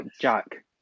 Jack